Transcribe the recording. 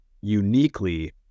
uniquely